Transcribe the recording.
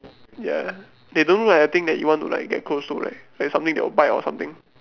ya they don't look like a thing that you want to like get close to right like something that will bite or something